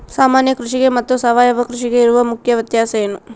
ಸಾಮಾನ್ಯ ಕೃಷಿಗೆ ಮತ್ತೆ ಸಾವಯವ ಕೃಷಿಗೆ ಇರುವ ಮುಖ್ಯ ವ್ಯತ್ಯಾಸ ಏನು?